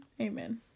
Amen